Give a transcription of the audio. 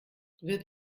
wird